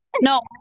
No